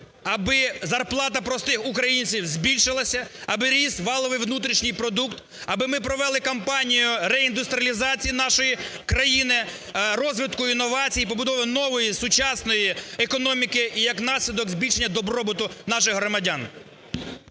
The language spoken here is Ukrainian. аби зарплата простих українців збільшилась, аби ріс валовий внутрішній продукт, аби ми провели кампанію реіндустріалізації нашої країни, розвитку інновацій і побудови нової, сучасної економіки, і як наслідок збільшення добробуту наших громадян.